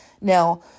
Now